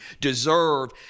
deserve